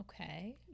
Okay